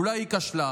אולי היא כשלה,